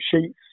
sheets